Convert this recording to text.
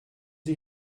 sie